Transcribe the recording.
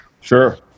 Sure